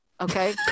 Okay